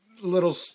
little